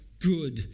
good